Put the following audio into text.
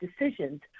decisions